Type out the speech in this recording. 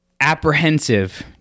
apprehensive